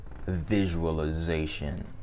visualization